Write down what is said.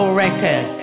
record